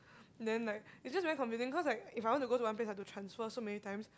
then like it's just very confusing cause like if I want to go to one place I have to transfer so many times